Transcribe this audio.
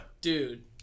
Dude